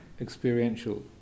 experiential